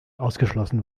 ausgeschlossen